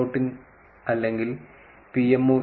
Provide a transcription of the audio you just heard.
in അല്ലെങ്കിൽ pmoindia